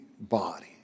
body